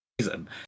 reason